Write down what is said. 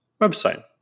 website